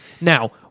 now